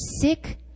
sick